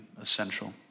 essential